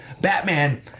Batman